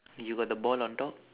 you got the ball on top